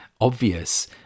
obvious